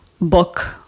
Book